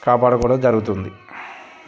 కాపాడుకోవడం జరుగుతుంది